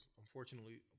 unfortunately